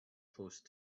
close